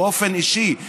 באופן אישי,